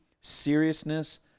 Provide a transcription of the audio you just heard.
seriousness